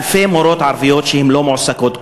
אלפי מורות ערביות שלא מועסקות.